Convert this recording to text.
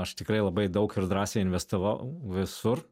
aš tikrai labai daug ir drąsiai investavau visur